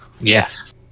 Yes